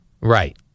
Right